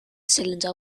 cylinder